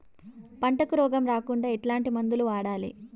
పంటకు రోగం రాకుండా ఎట్లాంటి మందులు వాడాలి?